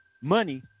money